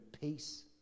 peace